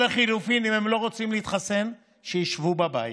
לחלופין, אם הם לא רוצים להתחסן, שישבו בבית,